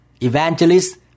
evangelist